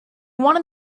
wanted